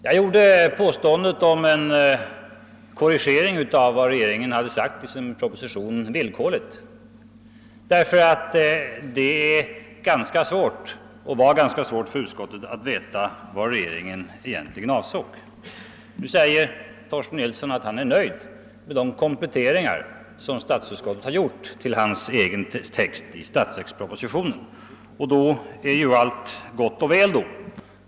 Jag gjorde påståendet om en korrigering av vad regeringen hade sagt i sin proposition villkorligt, därför att det var ganska svårt för utskottet att veta vad regeringen egentligen avsåg. Nu säger Torsten Nilsson att han är nöjd med de kompletteringar som statsutskotttet har gjort till hans egen text i statsverkspropositionen, och då är ju allt gott och väl.